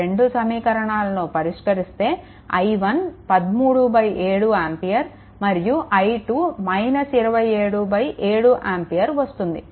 ఈ రెండు సమీకరణాలను పరిష్కరిస్తే i1 13 7 ఆంపియర్ మరియు i2 22 7 ఆంపియర్ వస్తుంది